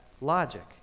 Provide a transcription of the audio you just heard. logic